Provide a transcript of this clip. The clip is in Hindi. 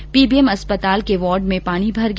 वहीं पीबीएम अस्पताल में वार्ड में पानी भर गया